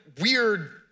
weird